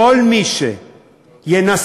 כל מי שינסה